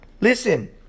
Listen